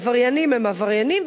עבריינים הם עבריינים,